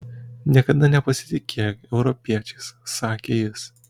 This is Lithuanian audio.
niekada nepasitikėk europiečiais sakė jis